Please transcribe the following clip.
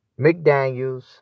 McDaniels